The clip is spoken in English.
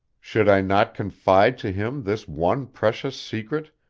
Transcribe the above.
should i not confide to him this one precious secret,